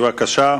בבקשה.